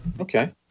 Okay